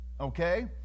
okay